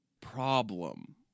problem